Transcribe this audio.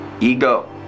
ego